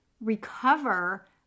recover